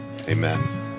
Amen